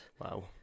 Wow